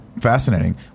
Fascinating